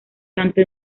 tanto